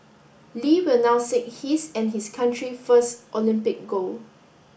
Lee will now seek his and his country first Olympic gold